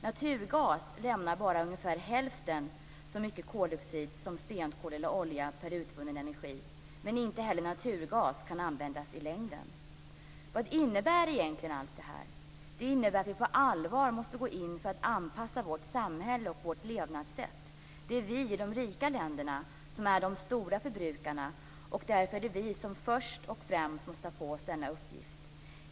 Naturgas lämnar bara ungefär hälften så mycket koldioxid som stenkol eller olja per utvunnen energi, men inte heller naturgas kan användas i längden. Vad innebär egentligen allt det här? Det innebär att vi på allvar måste gå in för att anpassa vårt samhälle och vårt levnadssätt. Det är vi i de rika länderna som är de stora förbrukarna, och därför är det vi som först och främst måste ta på oss denna uppgift.